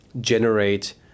generate